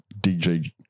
DJ